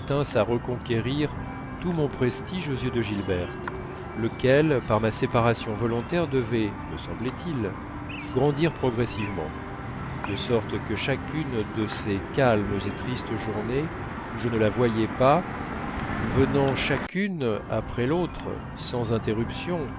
à reconquérir tout mon prestige aux yeux de gilberte lequel par ma séparation volontaire devait me semblait-il grandir progressivement de sorte que chacune de ces calmes et tristes journées où je ne la voyais pas venant chacune après l'autre sans interruption